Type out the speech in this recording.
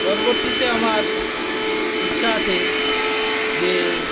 পরবর্তীতে আমার ইচ্ছা আছে যে